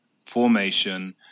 formation